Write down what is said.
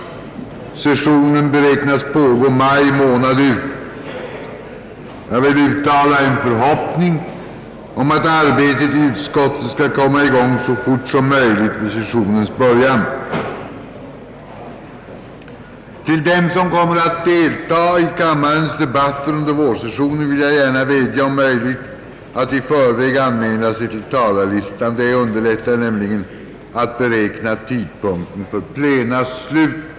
Såsom framgår av dem är det min avsikt att under vårsessionen som regel sluta kvällsplena senast kl. 22.00 och att när arbetsplena hålles på fredagar, vilket blir aktuellt från och med i slutet av mars, om möjligt avsluta dessa plena utan kvällsplenum senast kl.